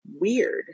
weird